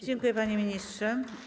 Dziękuję, panie ministrze.